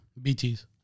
BTs